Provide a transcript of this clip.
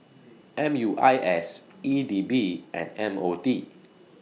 M U I S E D B and M O T